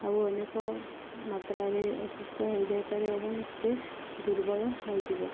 ଆଉ ଅନେକ ମାତ୍ରାରେ ଅସୁସ୍ଥ ହୋଇଯାଇପାରେ ଏବଂ ସେ ଦୁର୍ବଳ ହୋଇଯିବ